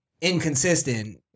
inconsistent